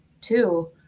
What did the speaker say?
two